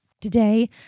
today